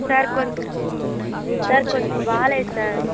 sir కొం sir కొంచెం బాగాలేదు సార్